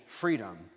freedom